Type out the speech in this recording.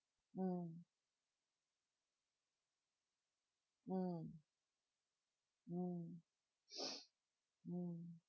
mm mm mm mm